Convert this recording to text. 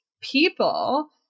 people